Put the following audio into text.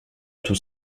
tout